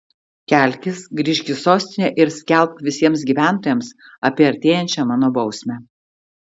kelkis grįžk į sostinę ir skelbk visiems gyventojams apie artėjančią mano bausmę